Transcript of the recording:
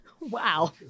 Wow